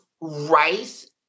rice